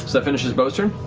that finishes beau's turn?